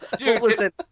listen